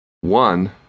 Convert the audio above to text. One